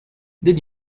did